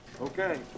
Okay